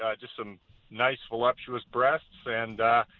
ah just some nice, voluptuous breasts. and,